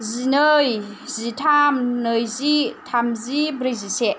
जिनै जिथाम नैजि थामजि ब्रैजिसे